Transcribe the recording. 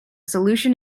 solution